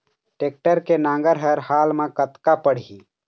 Tractor के नांगर हर हाल मा कतका पड़िही?